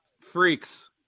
Freaks